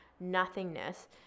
nothingness